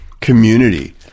community